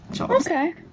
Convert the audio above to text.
Okay